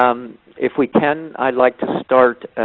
um if we can, i'd like to start